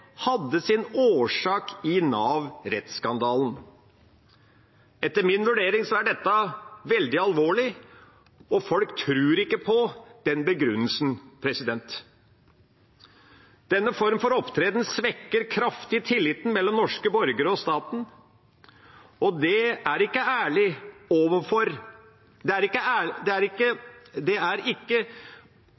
hadde sin årsak i Nav-rettsskandalen. Etter min vurdering er dette veldig alvorlig. Folk tror ikke på den begrunnelsen. Denne form for opptreden svekker kraftig tilliten mellom norske borgere og staten. Det å ikke si ærlig hvorfor en går av etter å ha tatt ansvar, er et problem. Og det